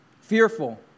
fearful